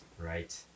Right